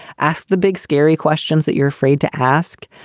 ask the big scary questions that you're afraid to ask.